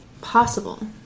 Possible